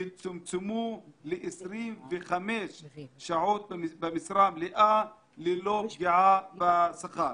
יצומצמו ל-25 שעות במשרה מלאה ללא פגיעה בשכר.